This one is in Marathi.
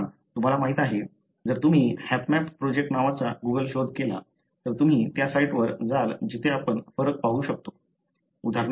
पुन्हा तुम्हाला माहिती आहे जर तुम्ही हॅपमॅप प्रोजेक्ट नावाचा गुगल शोध केला तर तुम्ही त्या साइटवर जाल जिथे आपण फरक पाहू शकतो